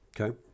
Okay